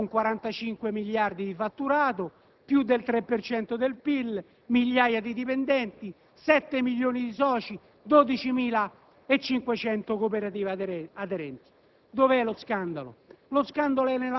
della HERA abbiamo una società con 45 miliardi di fatturato, più del 3 per cento del PIL, migliaia di dipendenti, 7 milioni di soci, 12.500 cooperative aderenti.